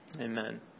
Amen